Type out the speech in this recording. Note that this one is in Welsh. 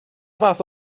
fath